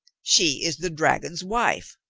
she is the dragon's wife.